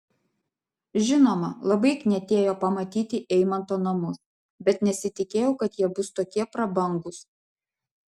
žinoma labai knietėjo pamatyti eimanto namus bet nesitikėjau kad jie bus tokie prabangūs